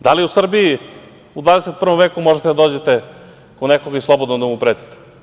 Da li u Srbiji u 21. veku možete da dođete kod nekoga i slobodno da pretite?